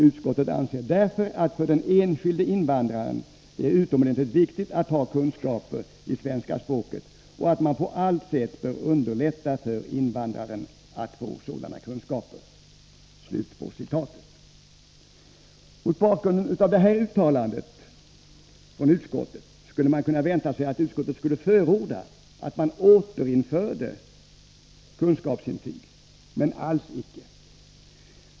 Utskottet anser därför att det för den enskilde invandraren är utomordentligt viktigt att ha kunskaper i svenska språket och att man på allt sätt bör underlätta för invandraren att få sådana kunskaper.” Mot bakgrund av detta uttalande från utskottet skulle man kunna vänta sig att utskottet skulle förorda ett återinförande av kunskapsintyg — men alls icke!